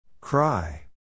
Cry